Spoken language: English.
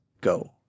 go